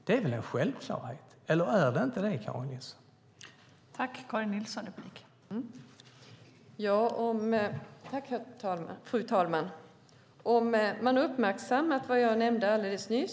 Det är väl en självklarhet, eller är det inte det, Karin Nilsson?